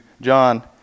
John